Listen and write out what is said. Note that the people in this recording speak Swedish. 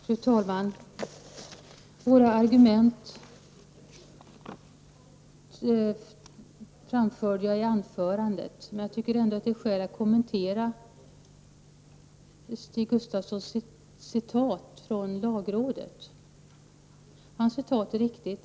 Fru talman! Våra argument framförde jag i anförandet, men jag tycker ändå att det är skäl att kommentera Stig Gustafssons citat från lagrådet. Hans citat är riktigt.